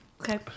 Okay